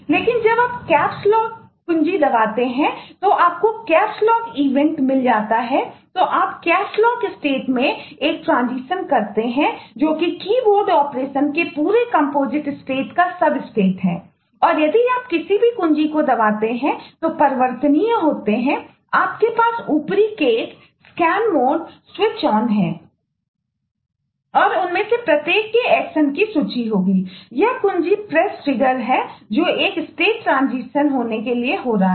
लेकिन जब आप कैप्स लॉक होने के लिए हो रहा है